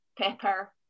pepper